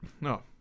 no